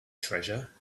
treasure